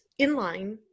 inline